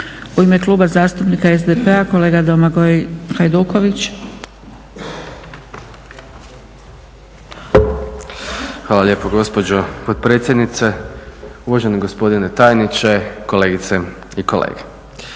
U ime Kluba zastupnika SDP-a kolega Domagoj Hajduković. **Hajduković, Domagoj (SDP)** Hvala lijepo gospođo potpredsjednice, uvaženi gospodine tajniče, kolegice i kolege.